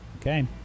Okay